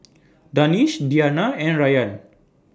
Danish Diyana and Rayyan